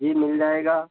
जी मिल जाएगा